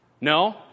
No